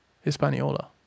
Hispaniola